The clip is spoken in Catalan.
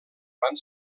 van